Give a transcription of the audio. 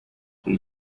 iyi